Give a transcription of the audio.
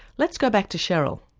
let's go back to cheryl.